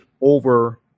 over